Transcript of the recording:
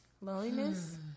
Loneliness